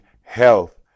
health